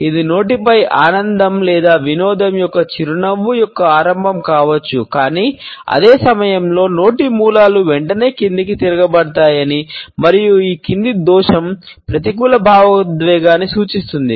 ఇది నోటిపై ఆనందం లేదా వినోదం యొక్క చిరునవ్వు యొక్క ఆరంభం కావచ్చు కానీ అదే సమయంలో నోటి మూలలు వెంటనే క్రిందికి తిరగబడతాయని మరియు ఈ క్రింది దోషం ప్రతికూల భావోద్వేగాన్ని సూచిస్తుంది